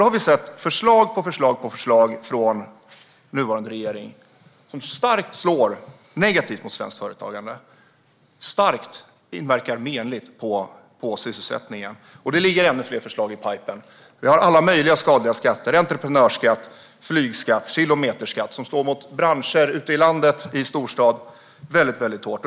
Vi har sett förslag på förslag från nuvarande regering som starkt slår negativt mot svenskt företagande och inverkar menligt på sysselsättningen, och det ligger ännu fler förslag i pipen. Vi har alla möjliga skadliga skatter - entreprenörsskatt, flygskatt, kilometerskatt - som slår mot branscher ute i landet och i storstad väldigt hårt.